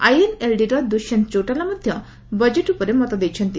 INLD ର ଦୁଷ୍ୟନ୍ତ ଚୌଟାଲା ମଧ୍ୟ budget ଉପରେ ମତ ଦେଇଛନ୍ତି